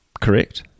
correct